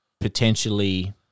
potentially